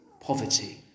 poverty